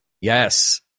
Yes